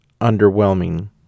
underwhelming